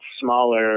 smaller